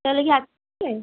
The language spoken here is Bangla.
তাহলে কি আসবে